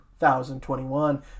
2021